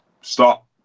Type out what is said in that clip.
stop